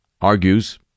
argues